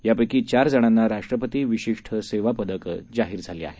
त्यापैकी चार जणांना राष्ट्रपती विशिष्ठ सेवा पदक जाहीर झालं आहे